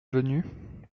venu